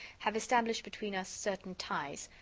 have established between us certain ties.